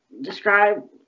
describe